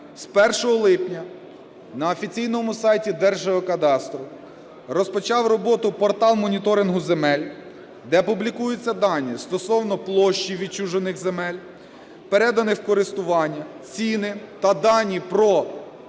з 1 липня на офіційному сайті Держгеокадастру розпочав роботу портал моніторингу земель, де публікуються дані стосовно площі відчужених земель, переданих в користування, ціни та дані про площу